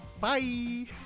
bye